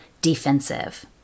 defensive